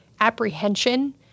apprehension